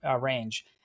range